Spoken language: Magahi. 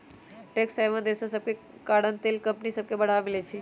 टैक्स हैवन देश सभके कारण तेल कंपनि सभके बढ़वा मिलइ छै